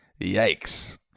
Yikes